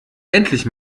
endlich